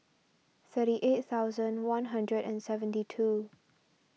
thirty eight thousand one hundred and seventy two